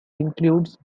includes